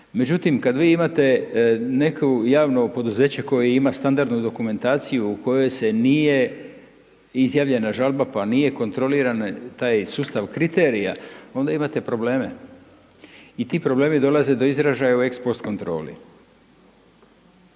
Međutim, kad vi imate neko javno poduzeće koje ima standardnu dokumentaciju u kojoj se nije izjavljena žalba, pa nije kontroliran taj sustav kriterija, onda imate probleme i ti problemi dolaze do izražaja u ex post kontroli.